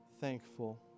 thankful